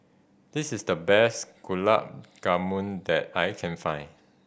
this is the best Gulab Jamun that I can find